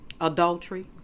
adultery